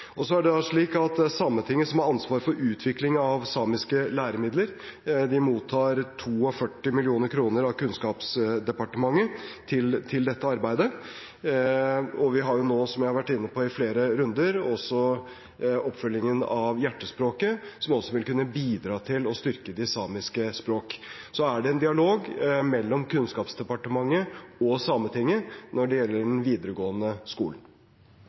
har ansvaret for utvikling av samiske læremidler, mottar 42 mill. kr fra Kunnskapsdepartementet til dette arbeidet. Vi har nå også – som jeg har vært inne på i flere runder – oppfølgingen av rapporten Hjertespråket, som også vil kunne bidra til å styrke de samiske språk. Det er en dialog mellom Kunnskapsdepartementet og Sametinget når det gjelder den videregående skolen.